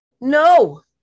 no